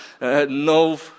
no